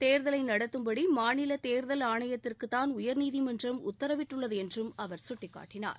தேர்தலை நடத்தும்படி மாநில தேர்தல் ஆணையத்திற்குதான் உயர்நீதிமன்றம் உத்தரவிட்டுள்ளது என்றும் அவர் சுட்டிக்காட்டினார்